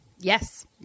Yes